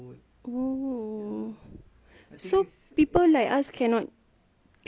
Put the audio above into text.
so people like us cannot cannot set up like cannot help